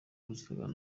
rusagara